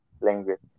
language